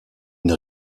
une